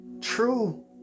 true